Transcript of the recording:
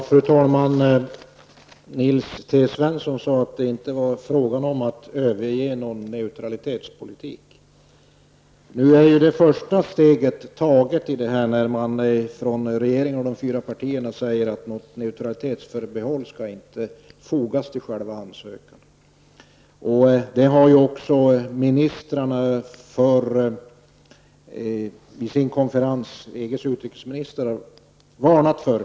Fru talman! Nils T Svensson sade att det inte var fråga om att överge vår neutralitetspolitik. Nu är det första steget taget när man från regeringen och de fyra partierna säger att något neutralitetsförbehåll inte skall fogas till själva ansökan. De har också EG-ländernas utrikesministrar vid sin konferens varnat för.